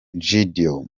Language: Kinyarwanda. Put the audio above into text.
gedeon